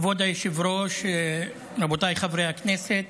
כבוד היושב-ראש, רבותיי חברי הכנסת,